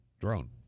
drone